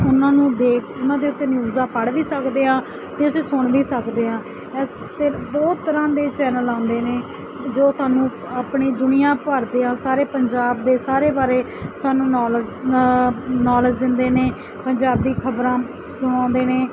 ਉਹਨਾਂ ਨੂੰ ਦੇ ਉਹਨਾਂ ਦੇ ਉੱਤੇ ਨਿਊਜ਼ਾਂ ਪੜ੍ਹ ਵੀ ਸਕਦੇ ਹਾਂ ਇਸ ਅਤੇ ਅਸੀਂ ਸੁਣ ਵੀ ਸਕਦੇ ਹਾਂ ਅਤੇ ਬਹੁਤ ਤਰ੍ਹਾਂ ਦੇ ਚੈਨਲ ਆਉਂਦੇ ਨੇ ਜੋ ਸਾਨੂੰ ਆਪਣੀ ਦੁਨੀਆ ਭਰ ਦੇ ਆ ਸਾਰੇ ਪੰਜਾਬ ਦੇ ਸਾਰੇ ਬਾਰੇ ਸਾਨੂੰ ਨੌਲਜ ਨੌਲੇਜ ਦਿੰਦੇ ਨੇ ਪੰਜਾਬੀ ਖ਼ਬਰਾਂ ਸੁਣਾਉਂਦੇ ਨੇ